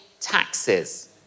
taxes